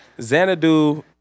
Xanadu